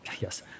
yes